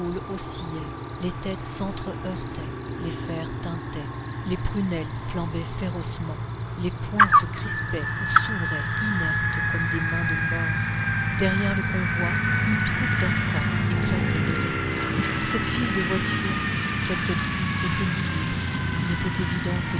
oscillaient les têtes sentre heurtaient les fers tintaient les prunelles flambaient férocement les poings se crispaient ou s'ouvraient inertes comme des mains de morts derrière le convoi une troupe d'enfants éclatait de rire cette file de voitures quelle qu'elle fût était lugubre il était évident que